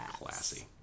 classy